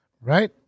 Right